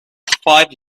five